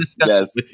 yes